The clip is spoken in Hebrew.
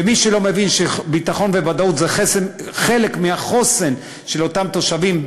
ומי שלא מבין שביטחון וודאות זה חלק מהחוסן של אותם תושבים,